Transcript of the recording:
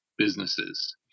Businesses